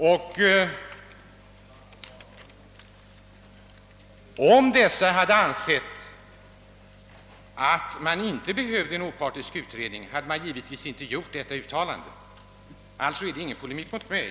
Om man där hade ansett att det inte behövdes en opartisk utredning, så hade man givetvis inte gjort detta uttalande. Alltså tar jag det inte som en polemik mot mig.